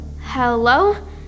Hello